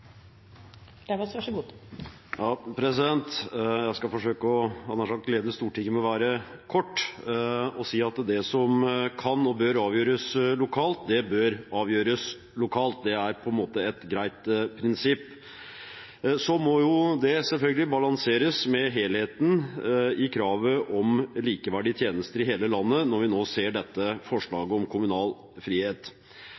Jeg skal forsøke å glede Stortinget med å være kort og si at det som kan og bør avgjøres lokalt, bør avgjøres lokalt. Det er et greit prinsipp. Det må selvfølgelig balanseres med helheten i kravet om likeverdige tjenester i hele landet når vi nå ser dette